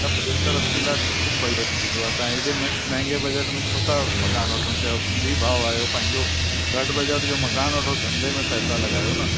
न पंजहतरि असीं लाख ख़ूब बजट थींदो आहे तव्हां एॾे में महांगे बजट में छो था मकानु वठणु चाहियो सिंधी भाउ आहियो पंहिंजो घटि बजट जो मकानु वठो धंधे में पैसा लॻायो न